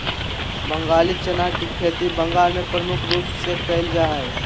बंगाली चना के खेती बंगाल मे प्रमुख रूप से करल जा हय